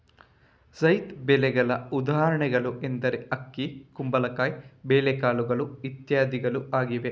ಝೈದ್ ಬೆಳೆಗಳ ಉದಾಹರಣೆಗಳು ಎಂದರೆ ಅಕ್ಕಿ, ಕುಂಬಳಕಾಯಿ, ಬೇಳೆಕಾಳುಗಳು ಇತ್ಯಾದಿಗಳು ಆಗಿವೆ